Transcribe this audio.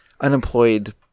unemployed